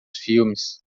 filmes